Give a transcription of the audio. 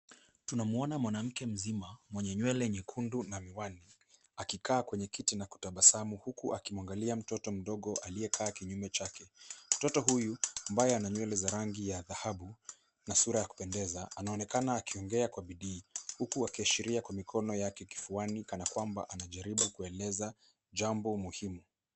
Tunamuona mwanamke mzima, mwenye nywele nyekundu na miwani, akikaa kwenye kiti na kutabasamu huku akimwangalia mtoto mdogo aliyekaa kinyume chake. Mtoto huyu ambaye ana nywele za rangi ya dhahabu na sura ya kupendeza anaonekana akiongea kwa bidii huku akiashiria kwa mikono yake kifuani kana kwamba anajaribu kueleza jambo muhimu.